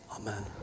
amen